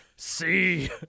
See